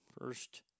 First